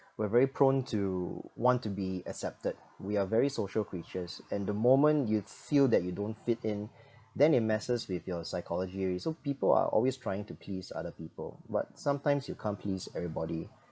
we're very prone to want to be accepted we are very social creatures and the moment you feel that you don't fit in then it messes with your psychology already so people are always trying to please other people but sometimes you can't please everybody